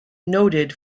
noted